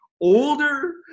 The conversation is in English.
older